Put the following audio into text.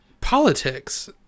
politics